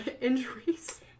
injuries